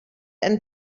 and